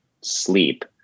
sleep